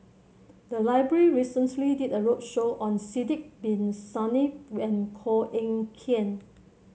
the library recently did a roadshow on Sidek Bin Saniff and Koh Eng Kian